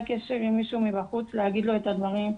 קשר עם מישהו מבחוץ להגיד לו את הדברים.